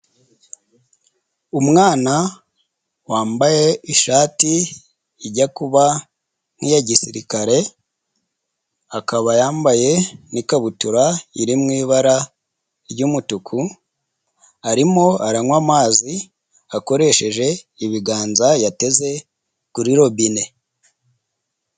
Umwana wambaye ishati ijya kuba nk'iya gisirikare akaba yambaye n'ikabutura iri mu ibara ry'umutuku, arimo aranywa amazi akoresheje ibiganza yateze kuri robine.